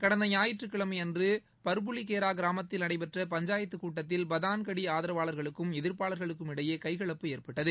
கடந்த ஞாயிற்றுக்கிழமை அன்று பர்புலிகேரா கிராமத்தில் நடடபெற்ற பஞ்சாயத்துக் கூட்டத்தில் பதான்கடி ஆதரவாளர்களுக்கும் எதிர்ப்பாளர்களுக்கும் இடையே கைகலப்பு ஏற்பட்டது